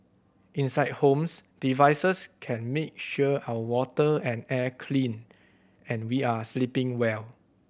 inside homes devices can make sure our water and air clean and we are sleeping well